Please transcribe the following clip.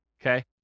okay